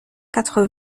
quatre